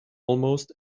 almost